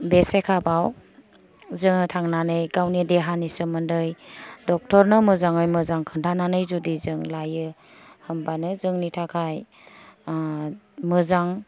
बे सेखाबाव जोङो थांनानै गावनि देहानि सोमोन्दै डक्टरनो मोजाङै मोजां खोन्थानानै जुदि जों लायो होमबानो जोंनि थाखाय मोजां